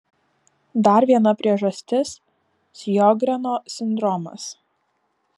dar viena priežastis sjogreno sindromas